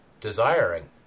desiring